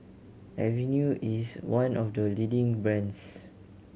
Avene is one of the leading brands